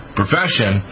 profession